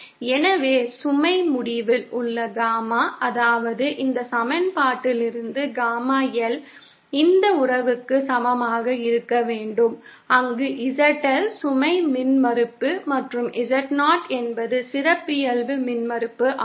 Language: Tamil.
எனவே சுமை முடிவில் உள்ள காமா அதாவது இந்த சமன்பாட்டிலிருந்து காமா L இந்த உறவுக்கு சமமாக இருக்க வேண்டும் அங்கு ZL சுமை மின்மறுப்பு மற்றும் Z0 என்பது சிறப்பியல்பு மின்மறுப்பு ஆகும்